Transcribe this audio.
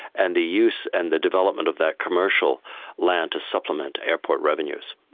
and the use and the development of that commercial land to supplement airport revenues.